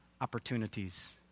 opportunities